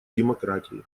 демократии